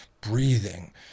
breathing